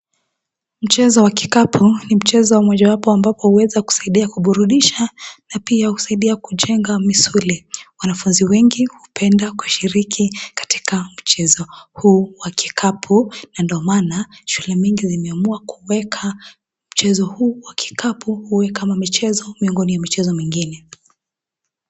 Mchezo wa kikapu ni mchezo mojawapo ambapo huweza kusaidia kuburudisha na pia husaidia kujenga misuli. Wanafunzi wengi hupenda kushiriki katika mchezo huu wa kikapu na ndio maana, shule nyingi zimeamua kuuweka mchezo huu wa kikapu uwe kama mchezo miongoni mwa michezo mingine.